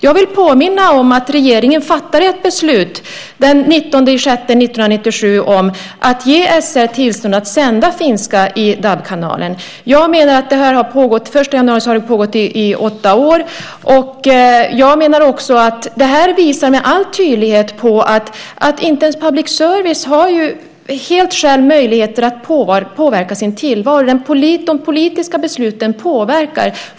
Jag vill påminna om att regeringen fattade ett beslut den 19 juni 1997 om att ge SR tillstånd att sända finska i DAB-kanalen. Den 1 januari har det här pågått i åtta år. Jag menar att det här med all tydlighet visar på att inte ens public service självt helt har möjligheter att påverka sin tillvaro. De politiska besluten påverkar.